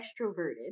extroverted